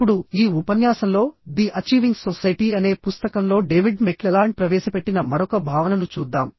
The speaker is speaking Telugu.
ఇప్పుడు ఈ ఉపన్యాసంలో ది అచీవింగ్ సొసైటీ అనే పుస్తకంలో డేవిడ్ మెక్క్లెలాండ్ ప్రవేశపెట్టిన మరొక భావనను చూద్దాం